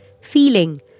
feeling